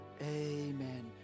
Amen